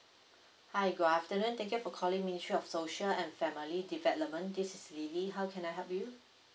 hi good afternoon thank you for calling ministry of social and family development this is lily how can I help you